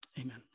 amen